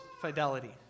fidelity